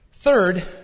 Third